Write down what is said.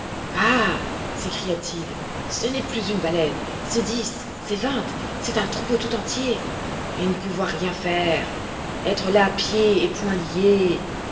ah s'écria-t-il ce n'est plus une baleine c'est dix c'est vingt c'est un troupeau tout entier et ne pouvoir rien faire etre là pieds et poings liés